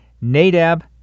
Nadab